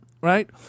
right